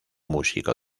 músico